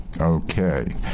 Okay